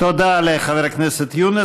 תודה לחבר הכנסת יונס.